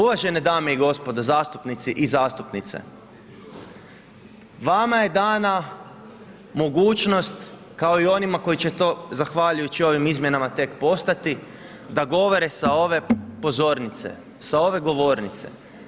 Uvažene dame i gospodo zastupnici i zastupnice, vama je dana mogućnost kao i onima koji će to zahvaljujući ovim izmjenama tek postati da govore sa ove pozornice, sa ove govornice.